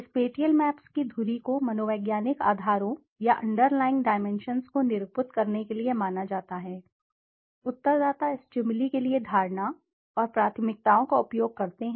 spatial maps की धुरी को मनोवैज्ञानिक आधारों या अंडरलाइंग डाइमेंशन्स को निरूपित करने के लिए माना जाता है उत्तरदाता स्टिमुली के लिए धारणा और प्राथमिकताओं का उपयोग करते हैं